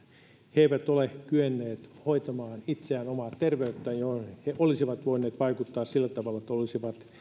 he eivät ole kyenneet hoitamaan itseään omaa terveyttään johon he olisivat voineet vaikuttaa sillä tavalla että olisivat